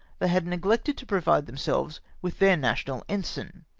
they had neglected to provide themselves with their national ensign,